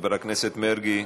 חבר הכנסת מרגי,